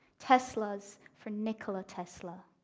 teslas for nikola tesla.